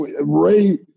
Ray